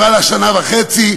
עברה לה שנה וחצי,